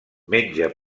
menja